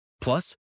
Plus